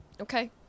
Okay